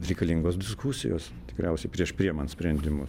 reikalingos diskusijos tikriausiai prieš priimant sprendimus